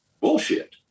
bullshit